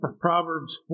Proverbs